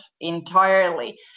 entirely